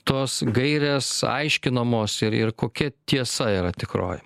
tos gairės aiškinamos ir ir kokia tiesa yra tikroji